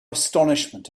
astonishment